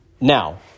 Now